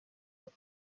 کنید